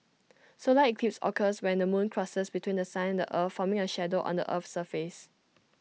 solar eclipses occurs when the moon crosses between The Sun the earth forming A shadow on the Earth's surface